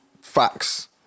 facts